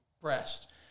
breast